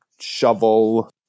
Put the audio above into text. shovel